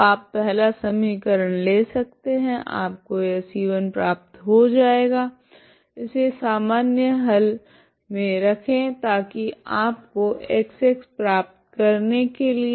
तो आप पहला समीकरण ले सकते है आपको यह c1 प्राप्त होजाएगा इसे सामान्य हल में रखे ताकि आपको X प्राप्त करने के लिए